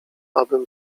abym